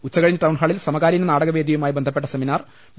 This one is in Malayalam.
ഉച്ചകഴിഞ്ഞ് ടൌൺഹാളിൽ സമകാലീന നാടകവേദി യുമായി ്ബന്ധപ്പെട്ട സെമിനാർ ഡോ